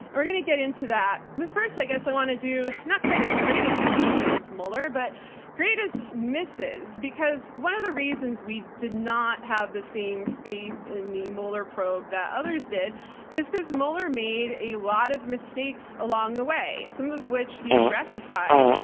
we're going to get into that, but first i guess i want to do not quite a greatest hits of mueller, but greatest misses, because one of the reasons we did not have the same faith in the mueller probe that others did is cause mueller made a lot of mistakes along the way, some of which he rectified,